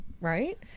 Right